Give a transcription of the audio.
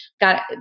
got